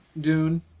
Dune